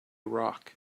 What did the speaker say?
rock